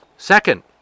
Second